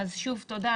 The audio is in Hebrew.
שוב תודה,